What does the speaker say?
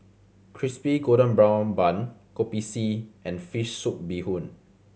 Crispy Golden Brown Bun Kopi C and fish soup bee hoon